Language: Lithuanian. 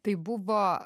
tai buvo